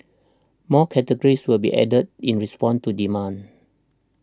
more categories will be added in response to demand